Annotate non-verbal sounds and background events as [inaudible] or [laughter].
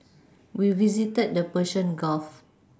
we visited the Persian Gulf [noise]